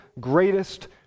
greatest